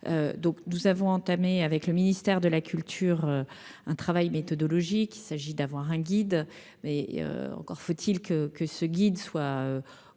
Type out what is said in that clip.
donc nous avons entamé avec le ministère de la culture, un travail méthodologique, il s'agit d'avoir un guide, mais encore faut-il que que ce guide soit